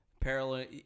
parallel